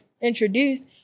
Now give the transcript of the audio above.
introduced